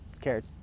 cared